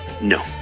No